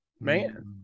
Man